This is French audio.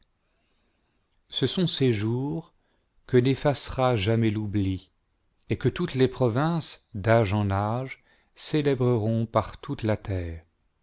ce sont ces jours que n'effacera jamais l'oubli et que toutes les provinces d'âge en âge célébreront par toute la terre